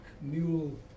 mule